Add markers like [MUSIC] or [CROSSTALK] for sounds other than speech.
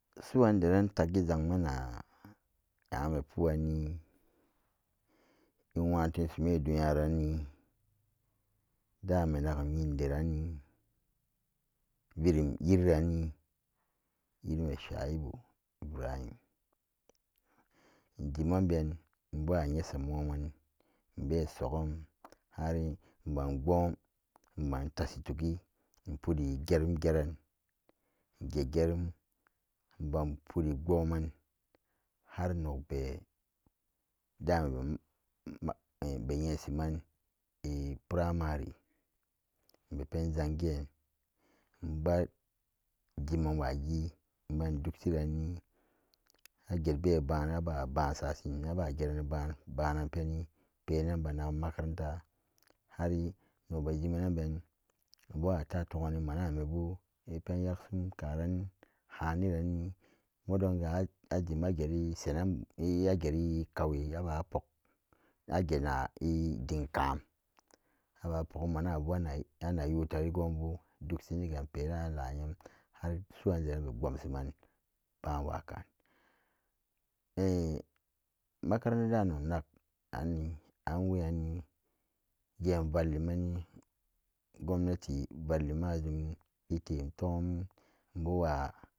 Suwan deran taget zamma nxa in nwa tun shime duninvaronyi dame nagum inderan. kerum yeri anni yirime shaibu ibrahim injiman ben nmbawanyasa muman nmbe sogum nmban pwom tashi togi in fidi geram geran geran nmban fidige mban adigwaman hmm dama. [HESITATION] be vensoman [HESITATION] pramary nma ben zan gen nmbajimma waken nmabai duk shinni aget-behba aba ge rannasan penanan benagan makaranta har nokbe jimane nokbawa to ton wan mana bu kum akaran haniranni mudonga ajimgeri shenne ageri kauxe abapock agena idenkam agena idenkam aba pukgi manabu anak yula rigubu duksiga gberan alax am har suklan deran be gwan san wgkan any makarantaran knak ani genvalluman gumnah vallumman item lom bewa